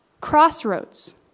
crossroads